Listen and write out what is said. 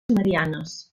mariannes